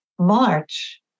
march